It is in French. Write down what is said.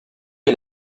est